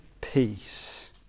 peace